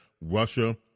Russia